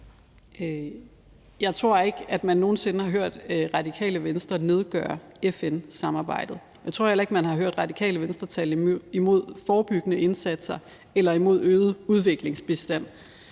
Jeg tror ikke, at man nogen sinde har hørt Radikale Venstre nedgøre FN-samarbejdet. Jeg tror heller ikke, man har hørt Radikale Venstre tale imod forebyggende indsatser eller imod øget udviklingsbistand.